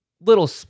little